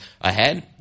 ahead